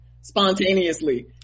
spontaneously